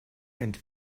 and